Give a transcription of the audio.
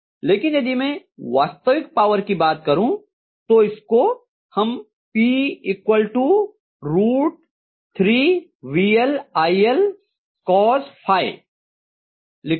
लेकिन यदि मैं वास्तविक पावर की बात करूँ तो इसको हम P equal to root 3 vL iL Cos लिखते हैं